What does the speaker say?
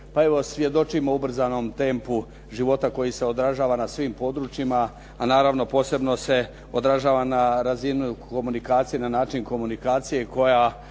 Pa evo, svjedočimo brzom tempu života koji se odražava na svim područjima a naravno posebno se odražava na razini komunikacije na način komunikacije koja